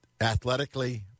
athletically